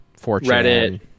Reddit